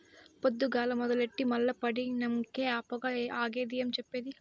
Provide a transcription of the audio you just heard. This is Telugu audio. పొద్దుగాల మొదలెట్టి మల్ల పండినంకే ఆ పొగ ఆగేది ఏం చెప్పేది